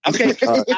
Okay